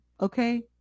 okay